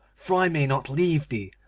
for i may not leave thee,